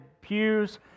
pews